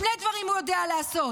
שני דברים הוא יודע לעשות: